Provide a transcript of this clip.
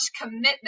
commitment